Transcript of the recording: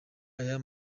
aya